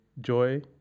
joy